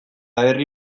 herri